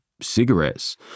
cigarettes